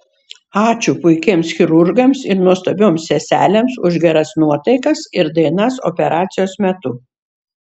ačiū puikiems chirurgams ir nuostabioms seselėms už geras nuotaikas ir dainas operacijos metu